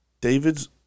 David's